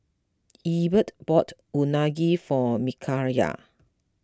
Egbert bought Unagi for Mikayla